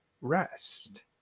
rest